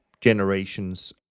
generations